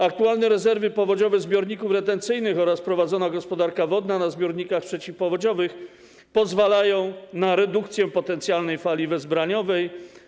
Aktualne rezerwy powodziowe zbiorników retencyjnych oraz prowadzona gospodarka wodna na zbiornikach przeciwpowodziowych pozwalają na redukcję potencjalnej fali wezbraniowej.